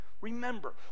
remember